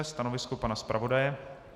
Stanovisko pana zpravodaje?